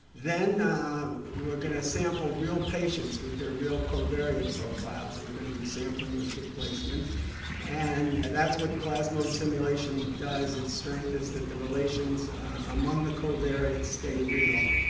then we're gonna sample real patients with their real covariate profiles we're going to be sampling with replacement and and that's what plasmode simulation does. it's strength is that the relations among the covariates stay real